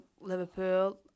Liverpool